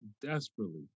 desperately